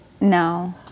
No